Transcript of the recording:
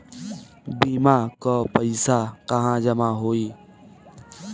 बीमा क पैसा कहाँ जमा होई?